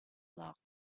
locked